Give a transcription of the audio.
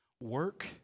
Work